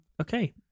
Okay